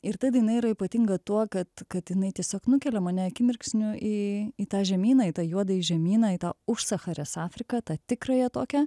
ir ta daina yra ypatinga tuo kad kad jinai tiesiog nukelia mane akimirksniu į į tą žemyną į tą juodąjį žemyną į tą užsacharės afriką tą tikrąją tokią